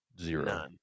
Zero